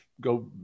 go